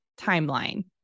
timeline